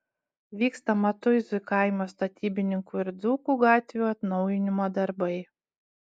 vyksta matuizų kaimo statybininkų ir dzūkų gatvių atnaujinimo darbai